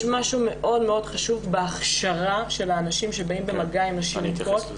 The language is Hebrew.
יש משהו מאוד מאוד חשוב בהכשרה של האנשים שבאים במגע עם נשים מוכות.